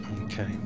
Okay